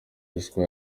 ruswa